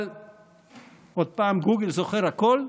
אבל גוגל זוכר הכול.